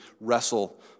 wrestle